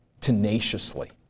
tenaciously